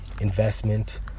investment